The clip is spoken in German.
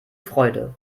freude